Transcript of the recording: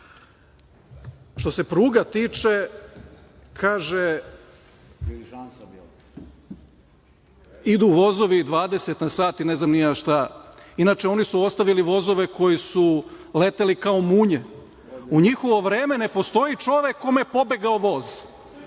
se pruga tiče, kaže, idu vozovi 20 na sat i ne znam ni ja šta. Inače, oni su ostavili vozove koji su leteli kao munje. U njihovo vreme ne postoji čovek kome je pobegao voz.